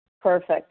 Perfect